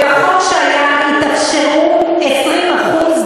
בואו, תגידו את האמת.